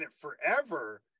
forever